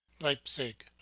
Leipzig